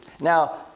Now